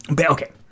okay